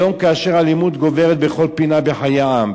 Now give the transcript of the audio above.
היום כאשר האלימות גוברת בכל פינה בחיי העם,